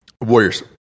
Warriors